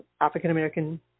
African-American